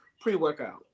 pre-workout